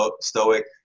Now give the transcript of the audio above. Stoic